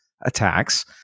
attacks